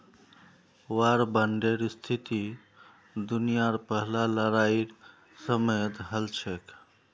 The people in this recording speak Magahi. वार बांडेर स्थिति दुनियार पहला लड़ाईर समयेत हल छेक